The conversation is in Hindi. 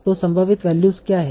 तो संभावित वैल्यूज क्या हैं